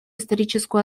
историческую